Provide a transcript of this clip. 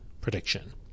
prediction